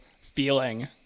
feeling